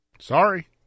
Sorry